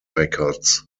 records